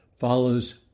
follows